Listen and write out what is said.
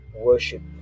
worship